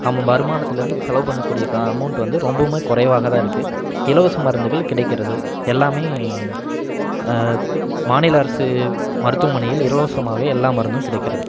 நம்ம வருமானத்துலேருந்து செலவு பண்ணக்கூடிய கா அமௌண்ட்டு வந்த ரொம்பவுமே குறைவாக தான் இருக்குது இலவச மருந்துகள் கிடைக்கிறது எல்லாமே மாநில அரசு மருத்துவமனையில் இலவசமாகவே எல்லா மருந்தும் கிடைக்கிறது